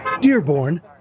Dearborn